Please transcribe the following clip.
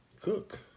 cook